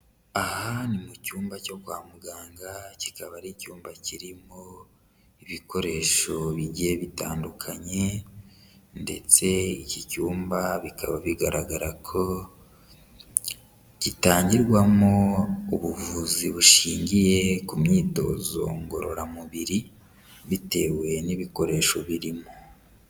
Aha ni mu cyumba cyo kwa muganga, kikaba ari icyumba kirimo ibikoresho bigiye bitandukanye ndetse iki cyumba bikaba bigaragara ko gitangirwamo ubuvuzi bushingiye ku myitozo ngororamubiri, bitewe n'ibikoresho birimo.